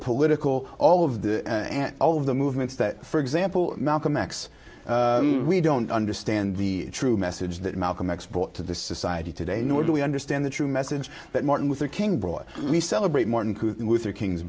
political all of the and all of the movements that for example malcolm x we don't understand the true message that malcolm x brought to the society today nor do we understand the true message that martin luther king brought we celebrate martin luther king's